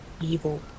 evil